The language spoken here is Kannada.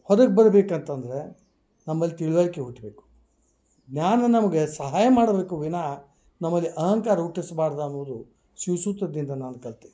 ಹೊರಗ್ ಬರ್ಬೇಕು ಅಂತಂದ್ರೆ ನಮ್ಮಲ್ಲಿ ತಿಳ್ವಳಿಕೆ ಹುಟ್ಟಬೇಕು ಜ್ಞಾನ ನಮಗೆ ಸಹಾಯ ಮಾಡಬೇಕು ವಿನಃ ನಮಗೆ ಅಹಂಕಾರ ಹುಟ್ಟಿಸ್ಬಾರ್ದ್ ಅನ್ನುದು ಶಿವಸೂತ್ರದಿಂದ ನಾನು ಕಲಿತೆ